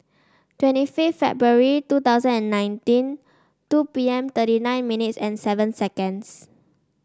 twenty fifth February two thousand and nineteen two P M thirty nine minutes and seven seconds